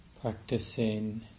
practicing